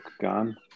gone